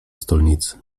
stolnicy